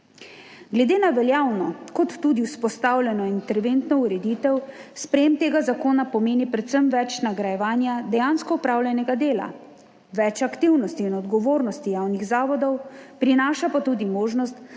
Glede na veljavno kot tudi vzpostavljeno interventno ureditev, sprejetje tega zakona pomeni predvsem več nagrajevanja dejansko opravljenega dela, več aktivnosti in odgovornosti javnih zavodov, prinaša pa tudi možnost,